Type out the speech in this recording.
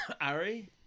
Ari